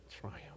triumph